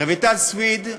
רויטל סויד,